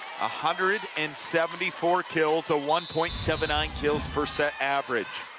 ah hundred and seventy four kills, a one point seven nine kills per set average